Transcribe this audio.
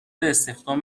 استخدام